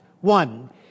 One